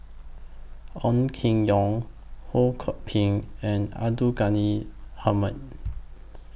Ong Keng Yong Ho Kwon Ping and Abdul Ghani Hamid